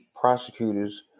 prosecutors